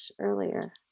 earlier